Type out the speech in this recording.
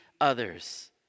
others